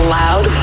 loud